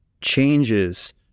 changes